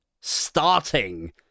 starting